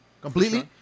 completely